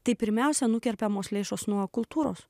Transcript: tai pirmiausia nukerpamos lėšos nuo kultūros